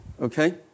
Okay